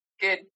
Good